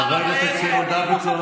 החברים שלך מהטייסת.